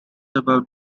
about